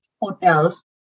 hotels